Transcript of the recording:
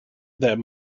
that